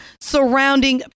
surrounding